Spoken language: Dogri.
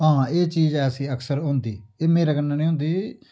हां एह् चीज ऐसी अक्सर होंदी एह् मेरै कन्नै निं होंदी